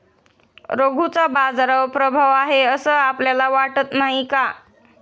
रघूचा बाजारावर प्रभाव आहे असं आपल्याला वाटत नाही का?